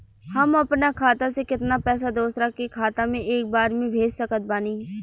हम अपना खाता से केतना पैसा दोसरा के खाता मे एक बार मे भेज सकत बानी?